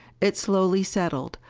it slowly settled,